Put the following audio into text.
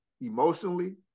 emotionally